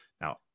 Now